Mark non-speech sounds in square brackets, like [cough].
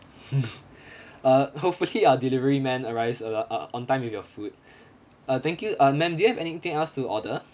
[laughs] [breath] uh hopefully [laughs] our delivery man arrives about uh on time with your food [breath] uh thank you uh ma'am do you have anything else to order